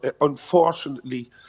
Unfortunately